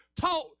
taught